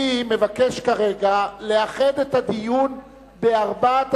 אני מבקש כרגע לאחד את הדיון בארבעת